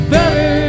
Better